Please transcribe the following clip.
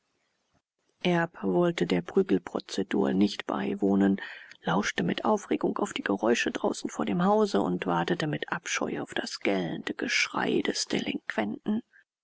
erb wollte der prügelprozedur nicht beiwohnen lauschte mit aufregung auf die geräusche draußen vor dem hause und wartete mit abscheu auf das gellende geschrei des delinquenten